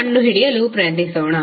ಕಂಡುಹಿಡಿಯಲು ಪ್ರಯತ್ನಿಸೋಣ